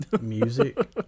music